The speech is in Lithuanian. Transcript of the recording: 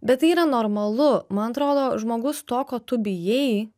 bet tai yra normalu man atrodo žmogus to ko tu bijai